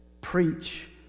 preach